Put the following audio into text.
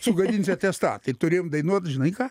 sugadinsiu atestatą ir turėjom dainuot žinai ką